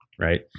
right